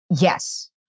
Yes